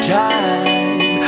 time